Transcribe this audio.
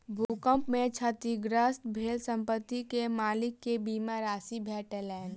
भूकंप में क्षतिग्रस्त भेल संपत्ति के मालिक के बीमा राशि भेटलैन